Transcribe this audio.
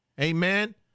amen